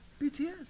BTS